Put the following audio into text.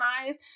eyes